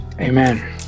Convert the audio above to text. amen